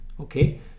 Okay